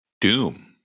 Doom